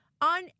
on